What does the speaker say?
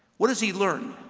what has he learned?